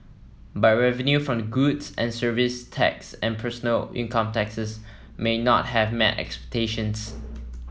but revenue from the goods and service tax and personal income taxes may not have met expectations